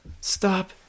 stop